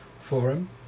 forum